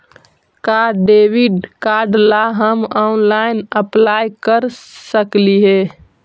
का debit card ला हम ऑनलाइन अप्लाई कर सकली हे?